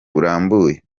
burambuye